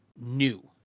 new